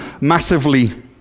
massively